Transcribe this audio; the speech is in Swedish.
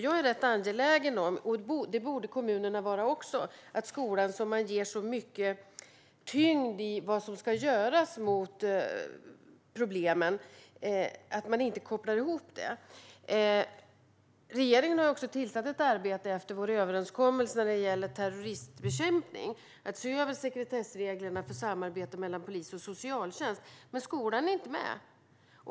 När det gäller vad som ska göras mot problemen är jag, och det borde även kommunerna vara, rätt angelägen om att man kopplar ihop detta med skolan, som man ger så mycket tyngd. Regeringen har ju också efter vår överenskommelse gällande terroristbekämpning inlett ett arbete med att se över sekretessreglerna för samarbetet mellan polis och socialtjänst. Men skolan är inte med.